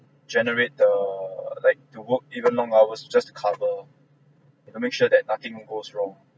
generate the like to work even long hours just to cover you know make sure that nothing goes wrong